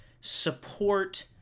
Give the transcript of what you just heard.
support